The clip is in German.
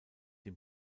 dem